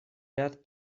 ряд